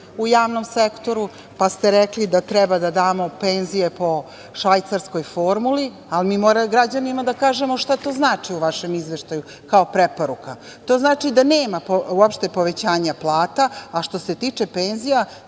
u javnom sektoru, pa ste rekli da treba da damo penzije po švajcarskoj formuli, ali mi moramo građanima da kažemo šta to znači u vašem izveštaju kao preporuka. To znači da nema uopšte povećanja plata, a što se tiče penzija,